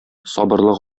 сабырлык